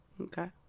Okay